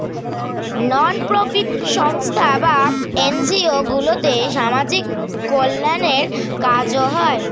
নন profit সংস্থা বা NGO গুলোতে সামাজিক কল্যাণের কাজ হয়